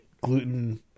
gluten